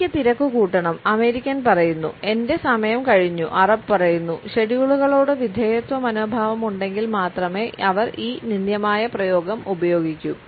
എനിക്ക് തിരക്കുകൂട്ടണം അമേരിക്കൻ പറയുന്നു എന്റെ സമയം കഴിഞ്ഞു അറബ് പറയുന്നു ഷെഡ്യൂളുകളോട് വിധേയത്വ മനോഭാവം ഉണ്ടെങ്കിൽ മാത്രമേ അവർ ഈ നിന്ദ്യമായ പ്രയോഗം ഉപയോഗിക്കൂ